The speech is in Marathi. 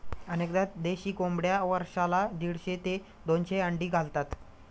अनेकदा देशी कोंबड्या वर्षाला दीडशे ते दोनशे अंडी घालतात